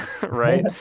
right